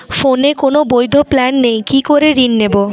ফোনে কোন বৈধ প্ল্যান নেই কি করে ঋণ নেব?